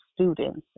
students